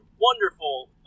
wonderful